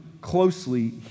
closely